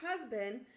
husband